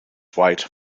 weight